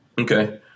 Okay